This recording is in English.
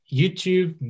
YouTube